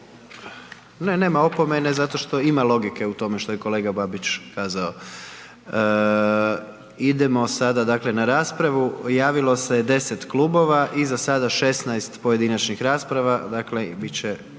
Ne, nema opomene zato što ima logike u tome što je kolega Babić kazao. Idemo sada na raspravu, javilo se je 10 klubova i za sada 16 pojedinačnih rasprava, dakle bit će